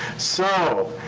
so